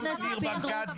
גם ניר ברקת,